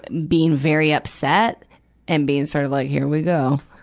but being very upset and being sort of like, here we go.